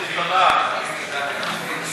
לא, עשיתי "תודה".